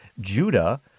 Judah